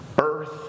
earth